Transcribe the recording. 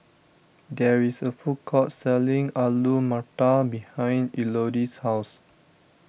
there is a food court selling Alu Matar behind Elodie's house